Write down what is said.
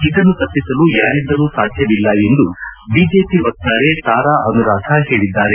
ಇದನ್ನು ತಪ್ಪಿಸಲು ಯಾರಿಂದಲೂ ಸಾಧ್ಯವಿಲ್ಲ ಎಂದು ಬಿಜೆಪಿ ವಕ್ತಾರೆ ತಾರಾ ಅನುರಾಧ ಹೇಳಿದ್ದಾರೆ